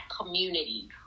community